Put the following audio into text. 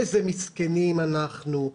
איזה מסכנים אנחנו.